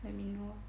can we not